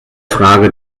frage